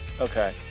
Okay